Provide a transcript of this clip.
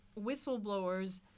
whistleblowers